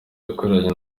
yakoranye